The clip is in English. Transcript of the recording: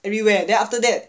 everywhere then after that